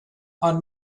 are